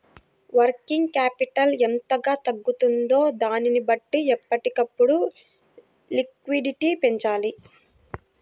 working capital ఎంతగా తగ్గుతుందో దానిని బట్టి ఎప్పటికప్పుడు లిక్విడిటీ పెంచాలి